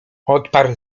odparł